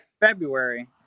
February